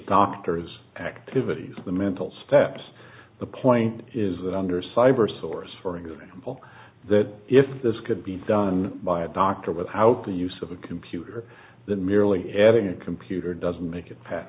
doctor's activities or the mental steps the point is that under cyber source for example that if this could be done by a doctor without the use of a computer than merely adding a computer doesn't make it